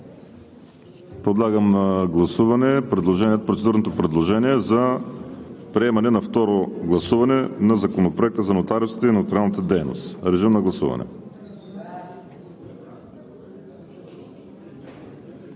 Подлагам на гласуване процедурното предложение за приемане на второ четене на Законопроекта за нотариусите и нотариалната дейност. Гласували